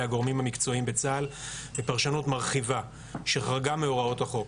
הגורמים המקצועיים בצה"ל בפרשנות מרחיבה שחרגה מהוראות החוק.